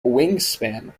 wingspan